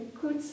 good